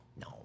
No